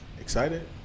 excited